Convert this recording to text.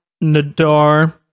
Nadar